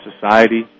society